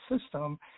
system